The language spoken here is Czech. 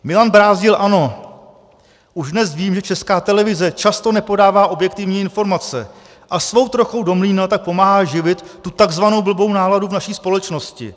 Milan Brázdil, ANO: Už dnes vím, že Česká televize často nepodává objektivní informace, a svou trochou do mlýna tak pomáhá živit tu tzv. blbou náladu v naší společnosti.